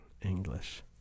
English